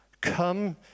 come